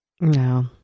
No